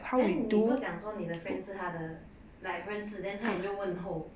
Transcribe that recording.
then 你不讲说你的 friend 是他的 like 认识 then 她有没有问候